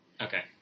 Okay